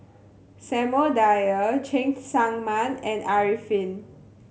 Samuel Dyer Cheng Tsang Man and Arifin